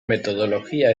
metodología